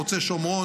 חוצה שומרון,